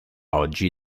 oggi